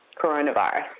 coronavirus